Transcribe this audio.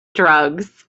drugs